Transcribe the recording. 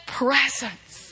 presence